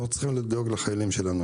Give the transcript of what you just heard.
אנחנו צריכים לדאוג לחיילים שלנו.